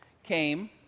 came